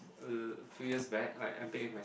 uh a few back I I bake with my